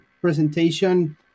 presentation